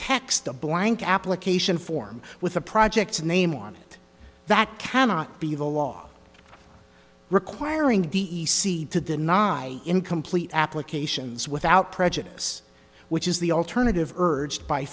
text a blank application form with a project's name on it that cannot be the law requiring d e c to deny incomplete applications without prejudice which is the alternative urged by